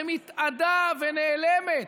שמתאדה ונעלמת.